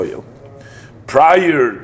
Prior